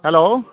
hello